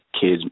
kids